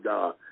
God